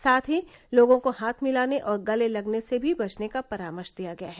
साथ ही लोगों को हाथ मिलाने और गले लगने से भी बचने का परामर्श दिया गया है